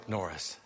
Norris